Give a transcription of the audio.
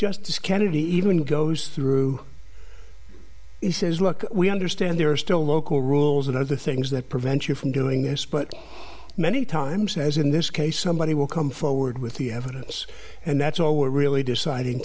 justice kennedy even goes through he says look we understand there are still local rules and other things that prevent you from doing this but many times says in this case somebody will come forward with the evidence and that's all we're really deciding